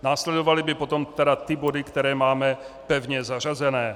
Následovaly by potom tedy ty body, které máme pevně zařazené.